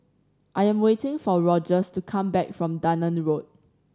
I am waiting for Rogers to come back from Dunearn Road